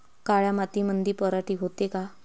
काळ्या मातीमंदी पराटी होते का?